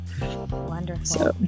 Wonderful